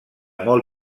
molt